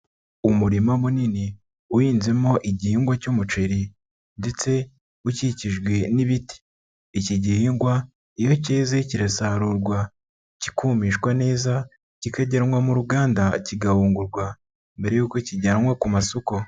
Umurima munini uhinzemo igihingwa cy'umuceri ndetse ukikijwe n'ibiti, iki gihingwa iyo cyeze kirasarurwa kikumishwa neza kikajyanwa mu uruganda kigahungurwa, mbere yuko kijyanwa ku masoko.